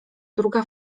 druga